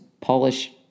Polish